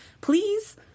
please